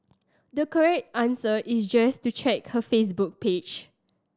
the correct answer is just to check her Facebook page